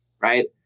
Right